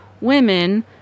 women